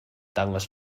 dangos